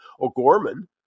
O'Gorman